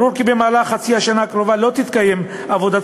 ברור כי במהלך חצי השנה הקרובה לא תתקיים עבודת